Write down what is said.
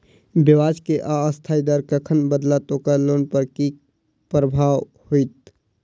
ब्याज केँ अस्थायी दर कखन बदलत ओकर लोन पर की प्रभाव होइत?